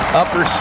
upper